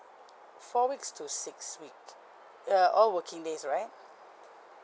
four weeks to six week uh all working days right